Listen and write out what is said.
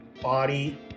Body